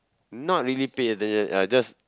not really pay attention uh just